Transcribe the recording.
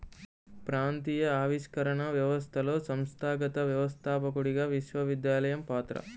ప్రాంతీయ ఆవిష్కరణ వ్యవస్థలో సంస్థాగత వ్యవస్థాపకుడిగా విశ్వవిద్యాలయం పాత్ర